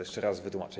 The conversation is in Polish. Jeszcze raz wytłumaczę.